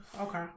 Okay